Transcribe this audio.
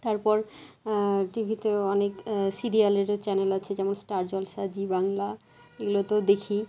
তারপর টিভিতেও অনেক সিরিয়ালেরও চ্যানেল আছে যেমন স্টার জলসা জি বাংলা এগুলোতেও দেখি